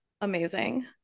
amazing